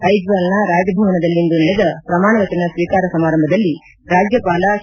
ಐಜ್ನಾಲ್ನ ರಾಜಭವನದಲ್ಲಿಂದು ನಡೆದ ಪ್ರಮಾಣ ವಚನ ಸ್ನೀಕಾರ ಸಮಾರಂಭದಲ್ಲಿ ರಾಜ್ಯಪಾಲ ಕೆ